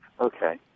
Okay